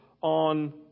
on